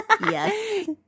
Yes